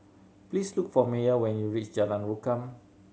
please look for Meyer when you reach Jalan Rukam